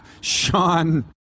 Sean